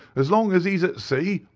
as long as he's at sea,